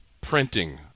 printing